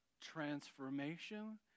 transformation